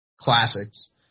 classics